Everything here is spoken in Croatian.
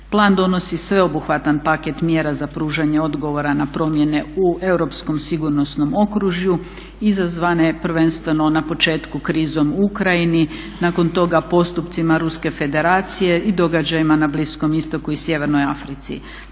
Plan donosi sveobuhvatan paket mjera za pružanje odgovora na promjene u europskom sigurnosnom okružju izazvane prvenstveno na početku krizom u Ukrajini, nakon toga postupcima Ruske Federacije i događajima na Bliskom Istoku i Sjevernoj Africi.